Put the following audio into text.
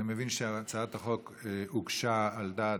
אני מבין שהצעת החוק הוגשה על דעת,